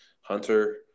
Hunter